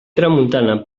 tramuntana